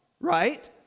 right